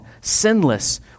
sinless